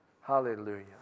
Hallelujah